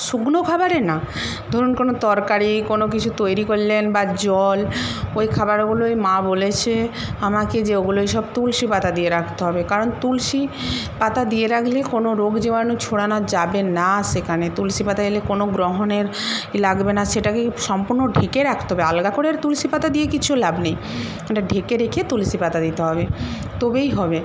শুকনো খাবারে না ধরুন কোনো তরকারি কোনো কিছু তৈরি করলেন বা জল ওই খাবারগুলোয় মা বলেছে আমাকে যে ওগুলোয় সব তুলসী পাতা দিয়ে রাখতে হবে কারণ তুলসী পাতা দিয়ে রাখলে কোনো রোগ জীবাণু ছড়ানো যাবে না সেখানে তুলসী পাতা এলে কোনো গ্রহণের ই লাগবে না সেটাকে সম্পূর্ণ ঢেকে রাখতে হবে আলাদা করে আর তুলসী পাতা দিয়ে কিছু লাভ নেই ওটা ঢেকে রেখে তুলসী পাতা দিতে হবে তবেই হবে